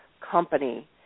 company